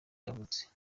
yavutse